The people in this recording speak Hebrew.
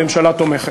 הממשלה תומכת.